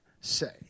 say